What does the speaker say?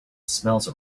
smells